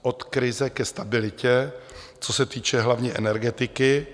Od krize ke stabilitě, co se týče hlavně energetiky.